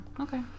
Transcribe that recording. okay